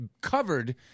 covered